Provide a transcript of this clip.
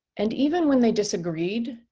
and even when they disagreed,